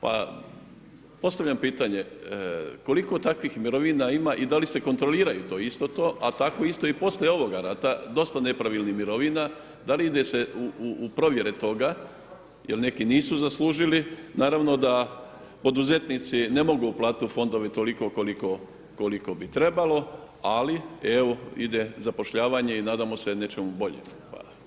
Pa, postavljam pitanje koliko takvih mirovina ima i da li se kontroliraju, to isto to a tako isto i poslije ovoga rata dosta nepravilnih mirovina, da li ide se u provjere toga jer neki nisu zaslužili, naravno da poduzetnici ne mogu uplatiti u fondove toliko koliko bi trebalo ali evo ide zapošljavanje i nadamo se nečemu boljem, hvala.